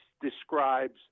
describes